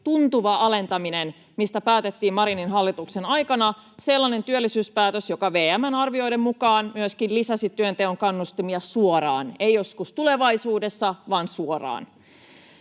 tuntuva alentaminen, mistä päätettiin Marinin hallituksen aikana — sellainen työllisyyspäätös, joka VM:n arvioiden mukaan myöskin lisäsi työnteon kannustimia suoraan, ei joskus tulevaisuudessa vaan suoraan.